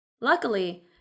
Luckily